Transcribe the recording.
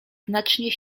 znacznie